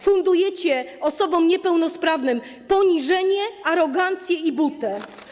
Fundujecie osobom niepełnosprawnym poniżenie, arogancję i butę.